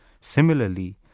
Similarly